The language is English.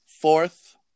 Fourth